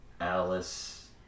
alice